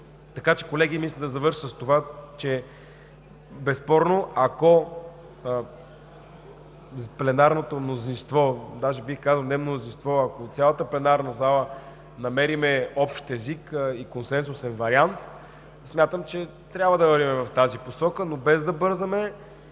Колеги, мисля да завърша с това, че безспорно, ако пленарното мнозинство, даже бих казал, не мнозинство, а ако от цялата пленарна зала намери общ език и консенсусен вариант, смятам, че трябва да вървим в тази посока, но без да бързаме.